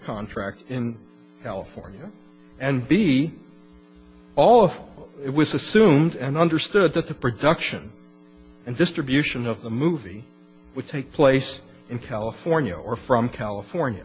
contract in california and be all of it was assumed and understood that the production and distribution of the movie would take place in california or from california